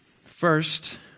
First